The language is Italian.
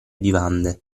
vivande